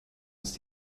ist